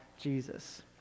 Jesus